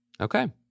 Okay